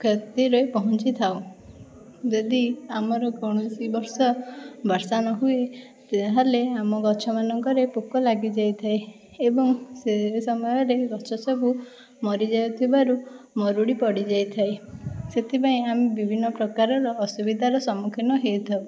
କ୍ଷତିରେ ପହଞ୍ଚିଥାଉ ଯଦି ଆମର କୌଣସି ବର୍ଷ ବର୍ଷା ନହୁଏ ତାହେଲେ ଆମ ଗଛମାନଙ୍କରେ ପୋକ ଲାଗିଯାଇଥାଏ ଏବଂ ସେ ସମୟରେ ଗଛ ସବୁ ମରିଯାଇଥିବାରୁ ମରୁଡ଼ି ପଡ଼ିଯାଇଥାଏ ସେଥିପାଇଁ ଆମେ ବିଭିନ୍ନ ପ୍ରକାରର ଅସୁବିଧାର ସମ୍ମୁଖୀନ ହେଇଥାଉ